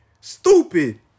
stupid